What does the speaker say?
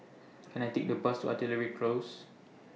Can I Take A Bus to Artillery Close